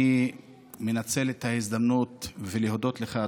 אני מנצל את ההזדמנות כדי להודות לך,